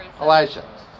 Elijah